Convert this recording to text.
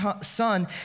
son